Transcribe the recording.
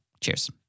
Cheers